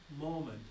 moment